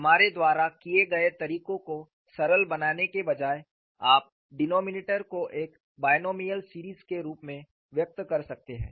हमारे द्वारा किए गए तरीके को सरल बनाने के बजाय आप डिनोमिनेटर को एक बायनोमाइल सीरीज के रूप में व्यक्त कर सकते हैं